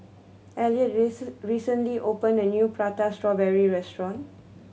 Elliott recently opened a new Prata Strawberry restaurant